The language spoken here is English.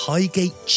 Highgate